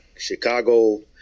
Chicago